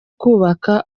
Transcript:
kubaka